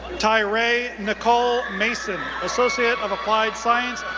tyrai nicole mason, associate of applied science,